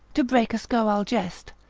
to break a scurrile jest,